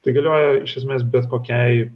tai galioja iš esmės bet kokiai